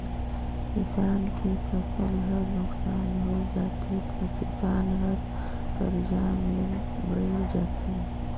किसान के फसल हर नुकसान होय जाथे त किसान हर करजा में बइड़ जाथे